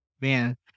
Man